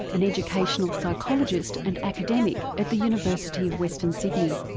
an educational psychologist and academic at the university of western sydney.